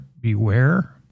beware